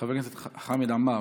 חבר הכנסת חמד עמאר,